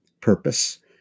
purpose